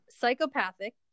psychopathic